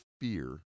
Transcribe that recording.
fear